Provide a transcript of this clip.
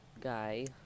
guy